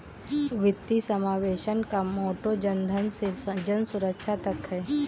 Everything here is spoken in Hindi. वित्तीय समावेशन का मोटो जनधन से जनसुरक्षा तक है